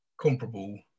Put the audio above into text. comparable